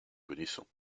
connaissons